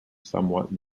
somewhat